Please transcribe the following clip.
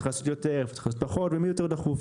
לעשות יותר; איפה צריך לעשות פחות; ומי יותר דחוף.